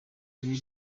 bieber